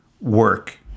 work